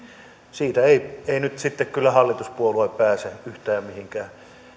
siitä eivät nyt sitten kyllä hallituspuolueet pääse yhtään mihinkään